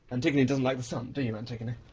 antigone doesn't like the sun, do you. antigone?